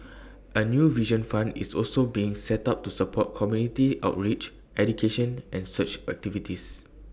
A new vision fund is also being set up to support community outreach education and search activities